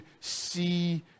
see